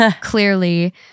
clearly